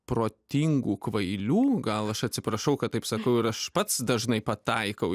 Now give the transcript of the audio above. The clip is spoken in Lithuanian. protingų kvailių gal aš atsiprašau kad taip sakau ir aš pats dažnai pataikau